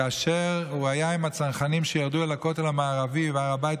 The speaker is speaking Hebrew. כאשר הוא היה עם הצנחנים שירדו אל הכותל המערבי והר הבית,